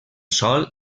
sol